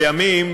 בימים